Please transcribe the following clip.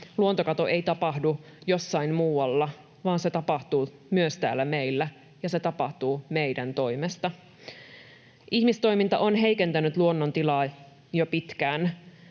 Luontokato ei tapahdu jossain muualla, vaan se tapahtuu myös täällä meillä, ja se tapahtuu meidän toimesta. Ihmistoiminta on heikentänyt luonnon tilaa jo pitkään.